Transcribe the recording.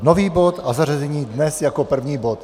Nový bod a zařazení dnes jako první bod?